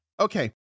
Okay